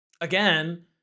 again